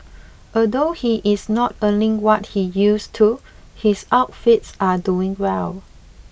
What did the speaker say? although he is not earning what he used to his outfits are doing well